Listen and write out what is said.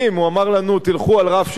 תלכו על רף של 1,000 דולר,